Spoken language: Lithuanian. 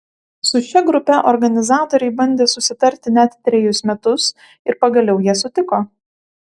su šia grupe organizatoriai bandė susitarti net trejus metus ir pagaliau jie sutiko